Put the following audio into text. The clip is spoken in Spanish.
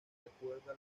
recuerda